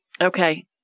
Okay